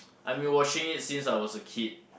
I've been watching it since I was a kid